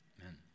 Amen